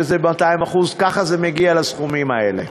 שזה 200% ככה זה מגיע לסכומים האלה.